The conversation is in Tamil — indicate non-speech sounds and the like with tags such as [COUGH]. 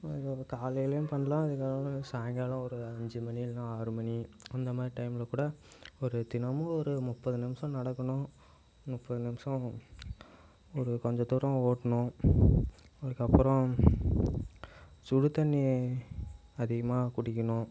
[UNINTELLIGIBLE] காலையிலையும் பண்ணலாம் அதற்கப்புறம் சாய்ங்காலம் ஒரு அஞ்சு மணி இல்லைன்னா ஆறு மணி அந்த மாதிரி டைம்மில் கூட ஒரு தினமும் ஒரு முப்பது நிமிஷம் நடக்கணும் முப்பது நிமிஷம் ஒரு கொஞ்ச தூரம் ஓடணும் அதற்கப்புறம் சுடு தண்ணி அதிகமாக குடிக்கணும்